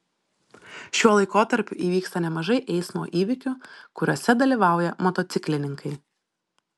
šiuo laikotarpiu įvyksta nemažai eismo įvykių kuriuose dalyvauja motociklininkai